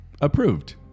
Approved